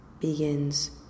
begins